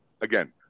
again